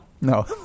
No